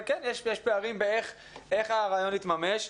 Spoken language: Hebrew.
יש פערים בצורה שהרעיון יתממש.